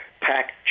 pack